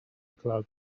club